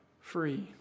free